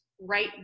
right